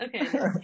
okay